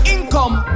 Income